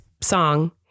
song